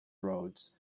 roads